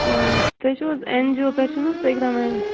تُہۍ چھ، و حظ این جی او پیٚٹھ چھِو نہ حظ تُہۍ اقرا میم